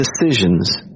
decisions